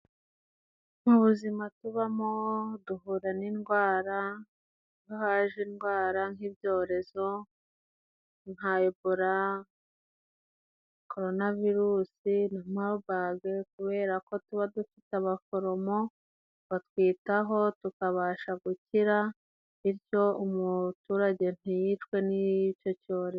Mu buzima tubamo duhura n'indwara nk'iyo haje indwara nk'ibyorezo nka ebora, koronavirusi na mabage, kubera ko tuba dufite abaforomo, batwitaho tukabasha gukira bityo umuturage ntiyicwe n'icyo cyorezo.